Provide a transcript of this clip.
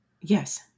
yes